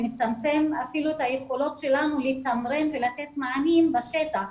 מצמצם אפילו את היכולות שלנו לתמרן ולתת מענים בשטח.